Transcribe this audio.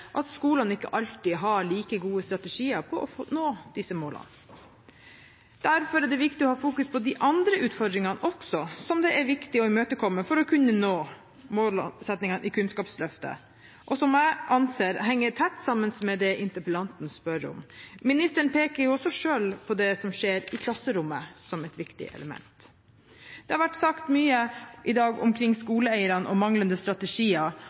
at skolene ikke alltid har like gode strategier på å nå disse målene. Derfor er det viktig å ha fokus på de andre utfordringene også, som det er viktig å imøtekomme for å kunne nå målsettingene i Kunnskapsløftet, og som jeg anser henger tett sammen med det interpellanten spør om. Ministeren peker også selv på det som skjer i klasserommet som et viktig element. Det har vært sagt mye i dag om skoleeierne, om manglende strategier